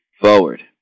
forward